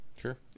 Sure